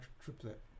triplet